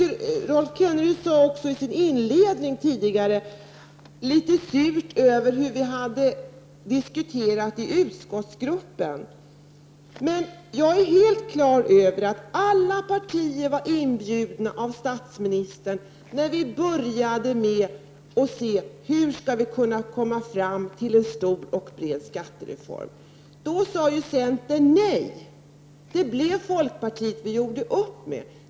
Rolf Kenneryd talade i sin inledning tidigare litet surt om hur vi i utskottsgruppen hade diskuterat. Men jag är helt på det klara med att alla partier var inbjudna av statsministern när vi började undersöka hur vi skulle kunna komma fram till en stor och bred skattereform. Då sade centern nej. Det blev folkpartiet som vi gjorde upp med.